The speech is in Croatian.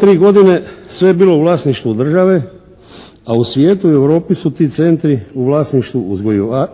tri godine sve je bilo u vlasništvu države a u svijetu i Europi su ti centri u vlasništvu